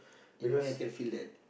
you know I can feel that